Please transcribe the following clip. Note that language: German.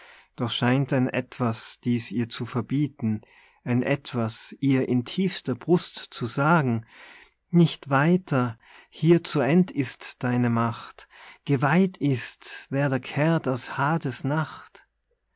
doch scheint ein etwas dies ihr zu verbieten ein etwas ihr in tiefster brust zu sagen nicht weiter hier zu end ist deine macht geweiht ist wer da kehrt aus hades nacht